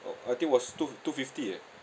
oh I think was two two fifty eh